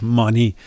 money